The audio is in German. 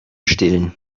stillen